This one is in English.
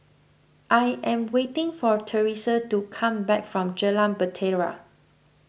I am waiting for theresa to come back from Jalan Bahtera